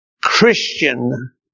Christian